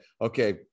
okay